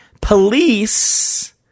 Police